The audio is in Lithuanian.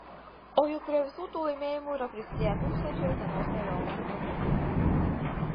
o juk prie visų tų laimėjimų yra prisidėję tūkstančiai utenos rajono žmonių